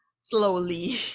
slowly